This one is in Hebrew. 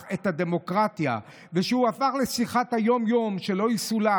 כך גם הבן את אותה שיטה בדיוק עושה היום יאיר לפיד,